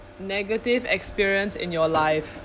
negative experience in your life